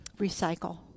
Recycle